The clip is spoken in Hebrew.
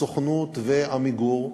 הסוכנות ו"עמיגור",